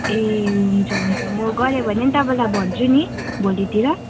ए हुन्छ हुन्छ म गरेँ भने नि तपाईँलाई भन्छु नि भोलितिर